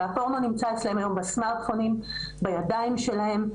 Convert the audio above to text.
הפרונו נמצא אצלם היום בסמרטפונים, בידיים שלהם.